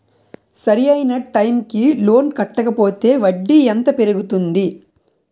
సరి అయినా టైం కి లోన్ కట్టకపోతే వడ్డీ ఎంత పెరుగుతుంది?